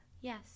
Yes